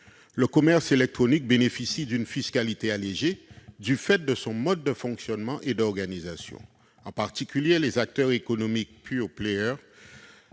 Le commerce électronique bénéficie d'une fiscalité allégée du fait de son mode de fonctionnement et d'organisation. En particulier, les acteurs économiques «